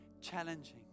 challenging